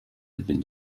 been